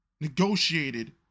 negotiated